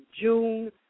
June